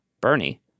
Bernie